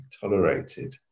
tolerated